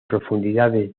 profundidades